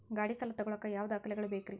ಗಾಡಿ ಸಾಲ ತಗೋಳಾಕ ಯಾವ ದಾಖಲೆಗಳ ಬೇಕ್ರಿ?